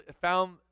found